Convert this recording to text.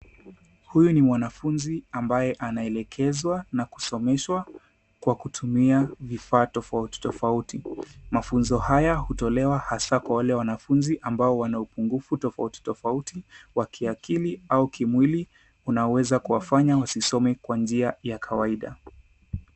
Huyu ni mwanafunzi ambaye anaelekezwa na kusomeshwa kwa kutumia vifaa tofauti tofauti. Mafunzo haya hutolewa hasa kwa wale wanafunzi ambao wana upungufu tofaut tofauti wa kiakili au kimwili, unaweza kuwafanya wasisome kwa njia ya kawaida.